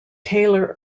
taylor